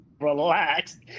relax